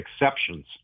exceptions